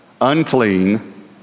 unclean